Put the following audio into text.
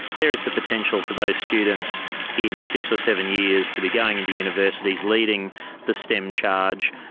there is the potential for those students in six or seven years to be going into universities, leading the stem charge.